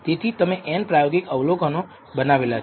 તેથી તમે n પ્રાયોગિક અવલોકનો બનાવેલા છે